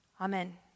Amen